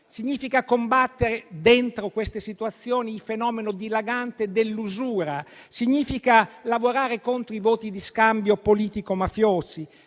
significhi combattere dentro queste situazioni il fenomeno dilagante dell'usura; lavorare contro i voti di scambio politico-mafiosi;